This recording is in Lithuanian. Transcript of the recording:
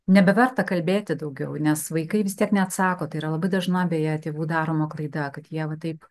nebeverta kalbėti daugiau nes vaikai vis tiek neatsako tai yra labai dažna beje tėvų daroma klaida kad jie va taip